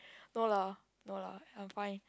no lah no lah I'm fine